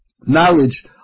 knowledge